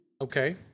Okay